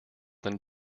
than